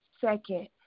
second